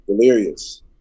Delirious